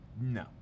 No